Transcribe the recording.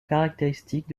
caractéristique